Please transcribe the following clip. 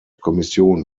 kommission